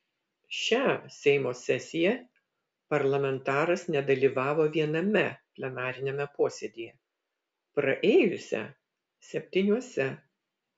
šią seimo sesiją parlamentaras nedalyvavo viename plenariniame posėdyje praėjusią septyniuose